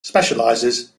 specializes